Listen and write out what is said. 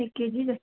एक केजी जस्तो